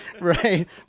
right